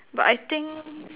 but I think